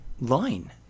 line